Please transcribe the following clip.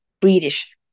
British